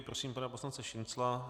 Prosím pana poslance Šincla.